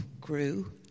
grew